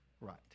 right